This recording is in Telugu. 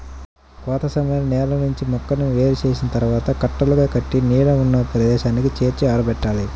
కోత సమయంలో నేల నుంచి మొక్కలను వేరు చేసిన తర్వాత కట్టలుగా కట్టి నీడ ఉన్న ప్రదేశానికి చేర్చి ఆరబెట్టాలి